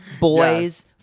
boys